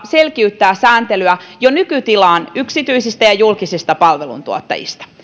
selkiyttää sääntelyä yksityisistä ja julkisista palveluntuottajista jo nykytilaan